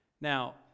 Now